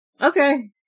okay